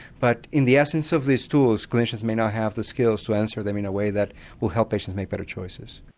but in the absence of these tools clinicians may not have the skills to answer them in a way that will help patients make better choices.